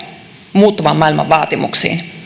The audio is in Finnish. muuttuvan maailman vaatimuksiin